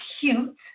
cute